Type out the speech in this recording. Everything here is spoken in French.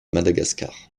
madagascar